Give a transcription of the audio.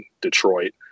Detroit